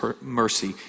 mercy